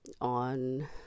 on